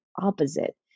opposite